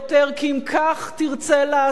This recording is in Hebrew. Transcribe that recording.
כי אם כך תרצה לעשות,